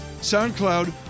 soundcloud